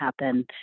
happen